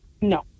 No